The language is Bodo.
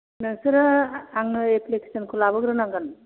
नोंसोरो आंनो एफ्लिकेसनखौ लाबोग्रोनांगोन